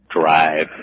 drive